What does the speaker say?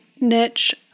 niche